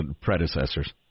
predecessors